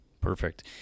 Perfect